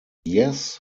yes